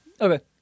Okay